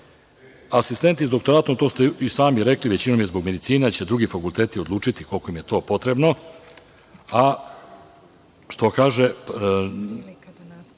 rade. Asistenti sa doktoratom, to ste i sami rekli, većinom je zbog medicine, ali će drugi fakulteti odlučiti koliko im je to potrebno. Ne znam